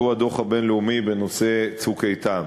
והוא הדוח הבין-לאומי בנושא "צוק איתן".